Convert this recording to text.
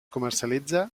comercialitza